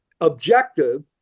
objective